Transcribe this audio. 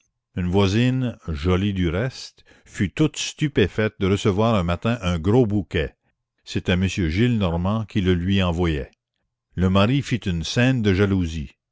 une voisine jolie du reste fut toute stupéfaite de recevoir un matin un gros bouquet c'était m gillenormand qui le lui envoyait le mari fit une scène de jalousie